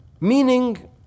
Meaning